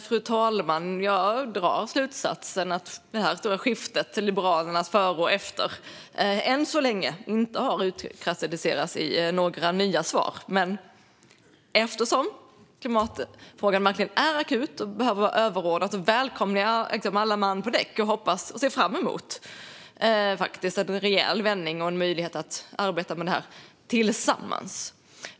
Fru talman! Jag drar slutsatsen att det här stora skiftet, Liberalernas före och efter, än så länge inte har utkristalliserats i några nya svar. Men eftersom klimatfrågan verkligen är akut och behöver vara överordnad välkomnar jag alle man på däck och hoppas och ser fram emot en rejäl vändning och en möjlighet att arbeta med det här tillsammans.